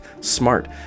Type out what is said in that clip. smart